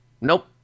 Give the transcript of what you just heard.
nope